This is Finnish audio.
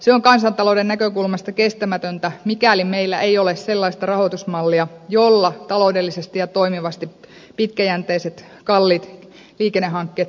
se on kansantalouden näkökulmasta kestämätöntä mikäli meillä ei ole sellaista rahoitusmallia jolla taloudellisesti ja toimivasti pitkäjänteiset kalliit liikennehankkeet voidaan toteuttaa